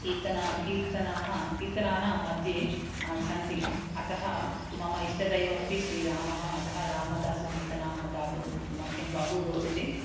कीर्तनाः कीर्तनाः कीर्तनानाम्म्ध्ये सन्ति अतः मम इष्टदैवमपि श्रीरामः अतः रामदासकीर्तनाः गातुं मह्यं बहु रोचते